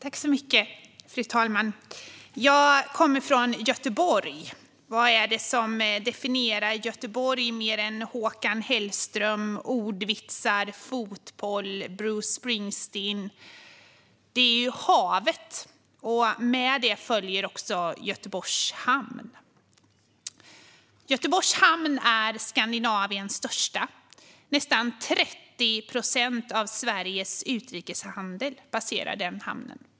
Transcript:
Fru talman! Jag kommer från Göteborg. Vad är det som definierar Göteborg mer än Håkan Hellström, ordvitsar, fotboll och Bruce Springsteen? Jo, det är havet, och med det följer Göteborgs hamn. Göteborgs hamn är Skandinaviens största. Nästan 30 procent av Sveriges utrikeshandel passerar den hamnen.